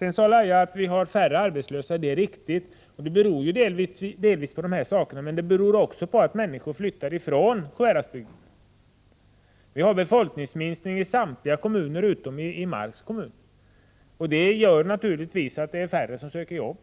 Lahja Exner sade att vi har färre arbetslösa, och det är alldeles riktigt. Det beror delvis på devalveringen och högkonjunkturen, men också på att människor flyttar från Sjuhäradsbygden. Det har skett en befolkningsminskning i samtliga kommuner utom Marks kommun. Detta gör naturligtvis att det är färre som söker jobb.